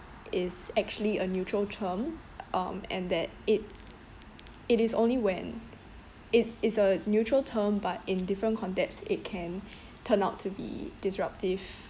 is actually a neutral term um and that it it is only when it is a neutral term but in different context it can turn out to be disruptive